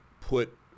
put